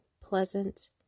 pleasant